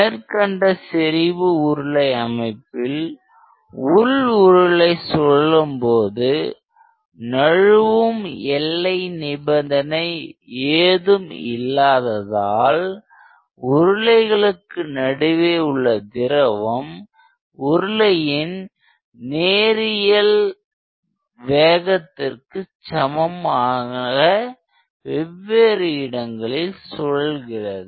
மேற்கண்ட செறிவு உருளை அமைப்பில் உள் உருளை சுழலும்போது நழுவும் எல்லை நிபந்தனை ஏதும் இல்லாததால் உருளைகளுக்கு நடுவே உள்ள திரவம் உருளையின் நேரியல் வேகத்திற்கு சமமாக வெவ்வேறு இடங்களில் சுழல்கிறது